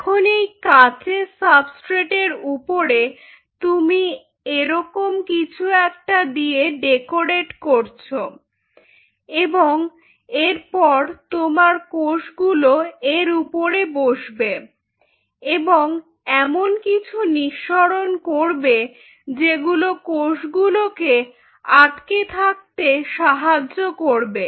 এখন এই কাঁচের সাবস্ট্রেট এর উপরে তুমি এরকম কিছু একটা দিয়ে ডেকোরেট করছো এবং এরপর তোমার কোষগুলো এর উপরে বসবে এবং এমন কিছু নিঃসরণ করবে যেগুলো কোষগুলোকে আটকে থাকতে সাহায্য করবে